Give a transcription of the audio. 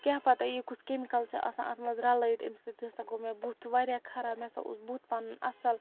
کیٛاہ پَتہ یہِ کُس کیٚمِکَل چھُ آسان اَتھ منٛز رَلٲیِتھ اَمہِ سۭتۍ ہَسا گوٚو مےٚ بُتھ واریاہ خراب مےٚ ہَسا اوس بُتھ پَنُن اصٕل